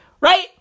Right